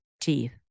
teeth